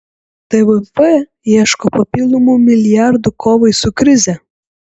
tvf ieško papildomų milijardų kovai su krize